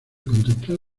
contemplar